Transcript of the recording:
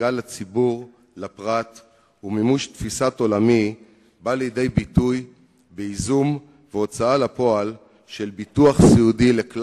כמו